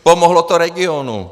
Pomohlo to regionu.